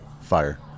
Fire